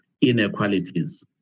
inequalities